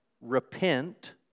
repent